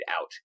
out